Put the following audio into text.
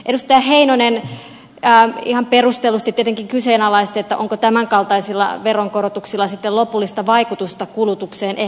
edustaja heinonen ihan perustellusti tietenkin kyseenalaisti että onko tämänkaltaisilla veronkorotuksilla sitten lopullista vaikutusta kulutukseen